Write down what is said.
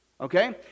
Okay